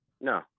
No